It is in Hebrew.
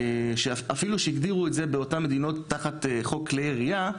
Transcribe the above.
אפילו שהגדירו את זה באותן מדינות תחת חוק כלי ירייה,